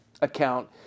account